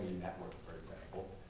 network, for example,